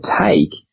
take